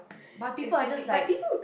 but people are just like